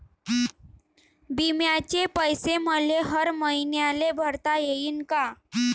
बिम्याचे पैसे मले हर मईन्याले भरता येईन का?